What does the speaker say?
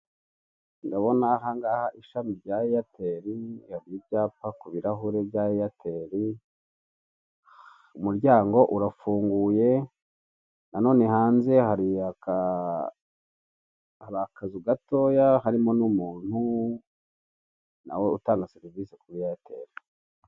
Ndabona ahangaha ishami rya eyateli, hari icyapa ku birahure bya eyateli, umuryango urafunguye, na none hanze hari akazu gatoya, harimo n'umuntu, na we utanga serivise kuri eyateli.